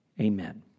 Amen